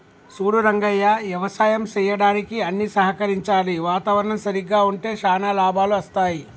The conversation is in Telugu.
సూడు రంగయ్య యవసాయం సెయ్యడానికి అన్ని సహకరించాలి వాతావరణం సరిగ్గా ఉంటే శానా లాభాలు అస్తాయి